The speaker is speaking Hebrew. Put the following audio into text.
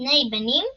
שני בנים ובת.